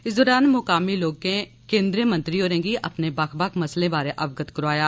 इस दौरान मुकामी लोकें केन्दीय मंत्री होरें गी अपने बक्ख बक्ख मसलें बारै अवगत करोआया